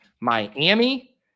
Miami